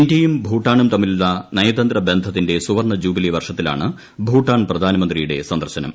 ഇന്ത്യയും ഭൂട്ടാനും തമ്മിലുളള നയതന്ത്ര ബന്ധ്ത്തിന്റെ സുവർണ ജൂബിലി വർഷത്തിലാണ് ഭൂട്ടാൻ പ്രധാനമന്ത്രിയുടെ സന്ദർശനം